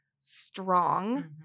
strong